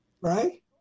Right